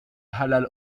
halal